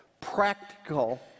practical